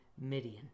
Midian